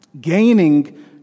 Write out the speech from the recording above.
gaining